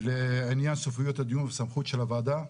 לעניין סופיות הדיון והסמכות של הוועדה.